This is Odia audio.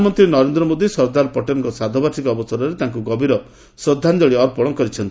ପ୍ରଧନମନ୍ତ୍ରୀ ନରେନ୍ଦ୍ର ମୋଦି ସର୍ଦ୍ଦାର ପଟେଲଙ୍କ ଶ୍ରାଦ୍ଧବାର୍ଷିକୀ ଅବସରରେ ତାଙ୍କୁ ଗଭୀର ଶ୍ରଦ୍ଧାଞ୍ଚଳି ଅର୍ପଣ କରିଛନ୍ତି